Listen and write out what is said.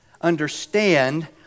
understand